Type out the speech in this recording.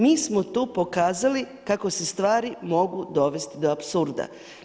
Mi smo tu pokazali kako se stvari mogu dovesti do apsurda.